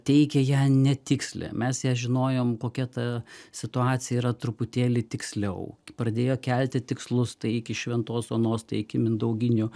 teikia ją netikslią mes ją žinojom kokia ta situacija yra truputėlį tiksliau pradėjo kelti tikslus tai iki šventos onos tai iki mindauginių